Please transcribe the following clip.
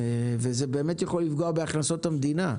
וזה באמת יכול לפגוע בהכנסות המדינה.